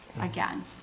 again